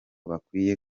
bakwiye